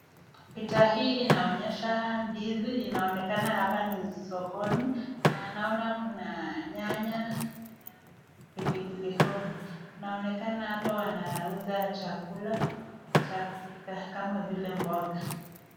Picha hii inaonyesha ndizi, inaonekana hapa ni sokoni na anoana kuna nyanya, pilipili hoho. Inaonekana hapa wanauza chakula cha kupika kama vile mboga.